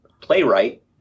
playwright